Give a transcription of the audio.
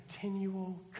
continual